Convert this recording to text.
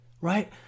right